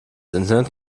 internet